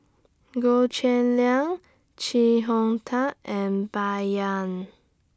Goh Cheng Liang Chee Hong Tat and Bai Yan